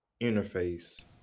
interface